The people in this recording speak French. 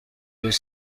deux